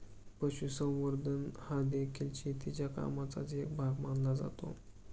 पशुसंवर्धन हादेखील शेतीच्या कामाचाच एक भाग मानला जातो